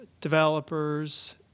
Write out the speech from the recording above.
developers